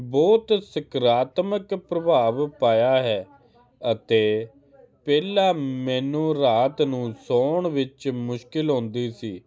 ਬਹੁਤ ਸੁਕਰਾਤਮਕ ਪ੍ਰਭਾਵ ਪਾਇਆ ਹੈ ਅਤੇ ਪਹਿਲਾ ਮੈਨੂੰ ਰਾਤ ਨੂੰ ਸੌਣ ਵਿੱਚ ਮੁਸ਼ਕਿਲ ਆਉਂਦੀ ਸੀ